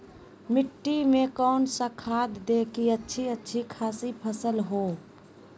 मिट्टी में कौन सा खाद दे की अच्छी अच्छी खासी फसल हो?